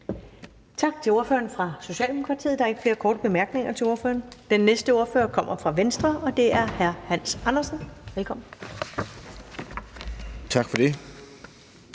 Tak til ordføreren for Socialdemokratiet. Der er ikke flere korte bemærkninger til ordføreren. Den næste ordfører kommer fra Venstre, og det er hr. Hans Andersen. Velkommen. Kl.